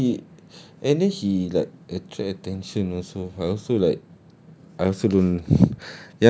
and then he and then he like attract attention also I also like I also don't